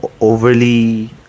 overly